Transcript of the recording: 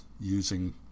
using